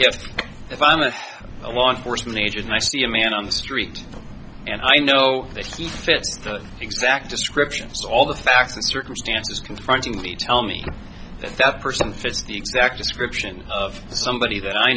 if i'm a law enforcement agent and i see a man on the street and i know that he fits that exact description all the facts and circumstances confronting me tell me if that person fits the exact description of somebody that i